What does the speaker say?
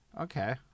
Okay